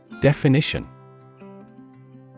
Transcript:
Definition